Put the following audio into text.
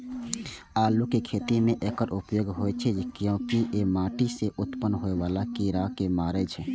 आलूक खेती मे एकर उपयोग होइ छै, कियैकि ई माटि सं उत्पन्न होइ बला कीड़ा कें मारै छै